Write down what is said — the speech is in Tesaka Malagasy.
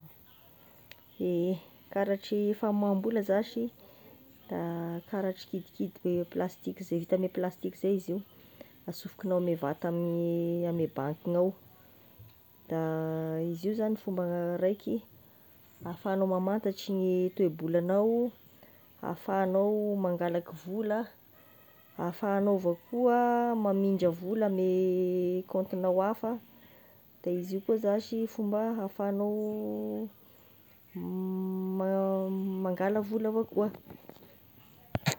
Ehe, karatry famoahambola zashy da karatry kidikidy plastiky zay vita ame plastiky zay izy io, asofokinao ame vata ame banky gnao, da izy io zany fomba raiky, afahanao mamantatry gny toe-bolanao, afahanao mangalaky vola, afahanao avao koa mamindra vola ame kaontinao hafa, de izy koa zashy fomba afahanao mangala vola avao koa.